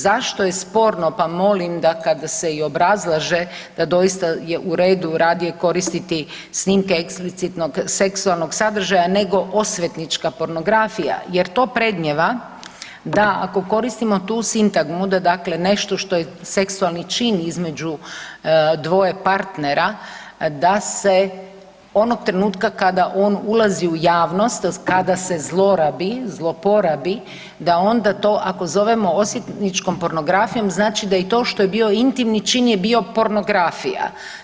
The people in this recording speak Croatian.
Zašto je sporno pa molim da kada se i obrazlaže da doista je u redu radije koristi snimke eksplicitnog seksualnog sadržaja nego osvetnička pornografija jer to predmnijeva da ako koristimo tu sintagmu da dakle nešto što je seksualni čin između dvoje partnera da se onog trenutka kada on ulazi u javnost, kada se zlorabi, zloporabi, da onda to ako zovemo osvetničkom pornografijom znači da i to što je bio intimni čin je bio pornografija.